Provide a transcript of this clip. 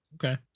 Okay